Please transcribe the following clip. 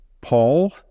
Paul